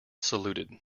saluted